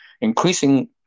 increasing